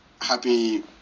happy